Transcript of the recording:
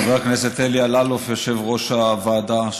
חבר הכנסת אלי אלאלוף, יושב-ראש הוועדה,